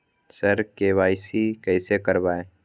sir KYC कैसे करवाएं